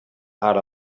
out